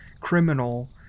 criminal